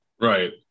Right